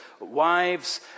wives